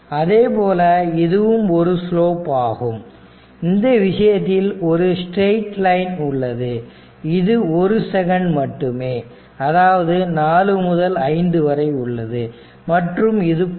அதேபோல இதுவும் ஒரு ஸ்லோப் ஆகும் இந்த விஷயத்தில் ஒரு ஸ்ட்ரைட் லைன் உள்ளது இது ஒரு செகண்ட் மட்டுமே அதாவது 4 முதல் 5 வரை உள்ளது மற்றும் இது 10